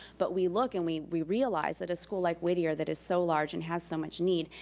but we look and we we realize that a school like whittier that is so large and has so much need,